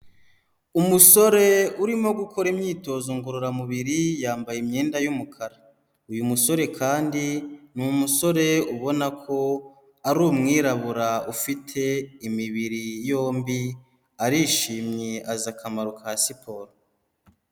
Umusore urimo gukora imyitozo ngororamubiri, yambaye imyenda y'umukara. Uyu musore kandi ni umusore ubona ko ari umwirabura ufite imibiri yombi, arishimye azi akamaro ka siporo.